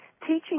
teaching